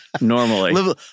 normally